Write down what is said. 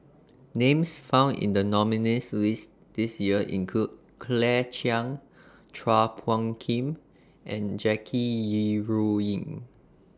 Names found in The nominees' list This Year include Claire Chiang Chua Phung Kim and Jackie Yi Ru Ying